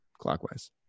clockwise